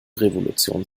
revolution